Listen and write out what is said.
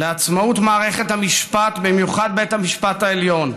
לעצמאות מערכת המשפט, במיוחד בית המשפט העליון,